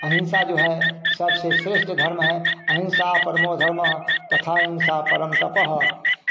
अहिंसा जो है सबसे श्रेष्ठ धर्म है अहिंसा परमोधर्मः तथा हिंसा परम तपः